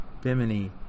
Bimini